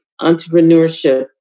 entrepreneurship